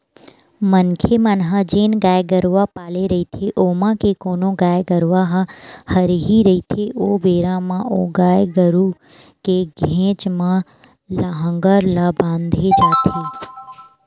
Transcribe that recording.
मनखे मन ह जेन गाय गरुवा पाले रहिथे ओमा के कोनो गाय गरुवा ह हरही रहिथे ओ बेरा म ओ गाय गरु के घेंच म लांहगर ला बांधे जाथे